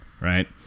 Right